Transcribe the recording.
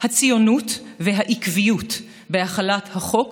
הציונות והעקביות בהחלת החוק